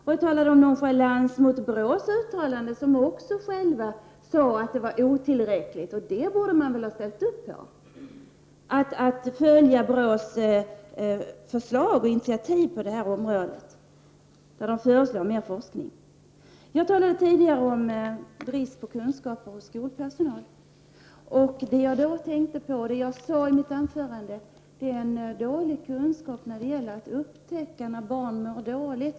Jag avsåg nonchalansen mot BRÅs uttalande. Också rådet självt har sagt att forskningen är otillräcklig. Detta borde man väl ha ställt upp för, dvs. ha följt BRÅs förslag och initiativ på detta område och ha satt i gång ytterligare forskning. Jag talade tidigare om bristen på kunskaper bland skolpersonalen. Jag menar alltså att kunskaperna är dåliga när det gäller att upptäcka att barn mår dåligt.